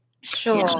Sure